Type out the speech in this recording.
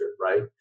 Right